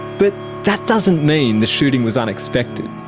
but that doesn't mean the shooting was unexpected.